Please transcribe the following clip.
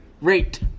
Rate